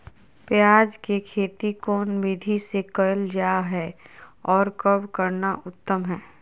प्याज के खेती कौन विधि से कैल जा है, और कब करना उत्तम है?